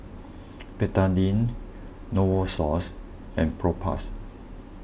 Betadine Novosource and Propass